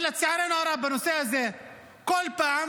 אבל לצערנו הרב בנושא הזה כל פעם